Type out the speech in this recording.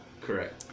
Correct